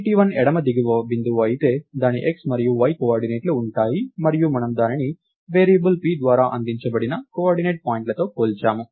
pt1 ఎడమ దిగువ బిందువు అయితే దాని x మరియు y కోఆర్డినేట్లు ఉంటాయి మరియు మనము దానిని వేరియబుల్ p ద్వారా అందించబడిన కోఆర్డినేట్ పాయింట్తో పోల్చాము